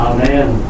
Amen